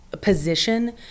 position